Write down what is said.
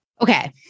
Okay